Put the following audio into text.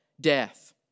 death